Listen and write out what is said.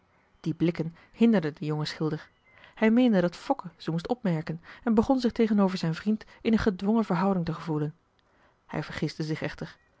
die blikken hinderden den jongen schilder hij meende dat fokke ze moest opmerken en begon zich tegenover zijn vriend in een gedwongen verhouding te gevoelen hij vergistte zich echter